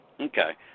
Okay